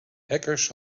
hackers